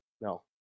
no